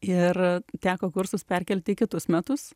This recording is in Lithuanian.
ir teko kursus perkelti į kitus metus